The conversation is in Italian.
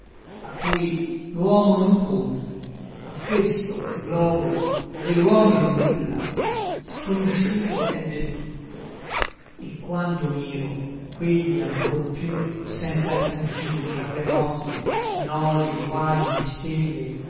a cui l'uomo non pur ma questo globo ove l'uomo è nulla sconosciuto è del tutto e quando miro quegli ancor più senz'alcun fin remoti nodi quasi di stelle